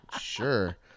Sure